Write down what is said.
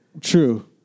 True